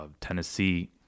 Tennessee